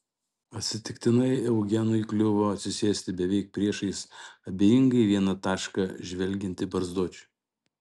atsitiktinai eugenui kliuvo atsisėsti beveik priešais abejingai į vieną tašką žvelgiantį barzdočių